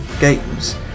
games